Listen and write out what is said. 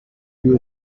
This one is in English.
you